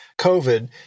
COVID